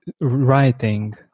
writing